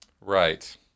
Right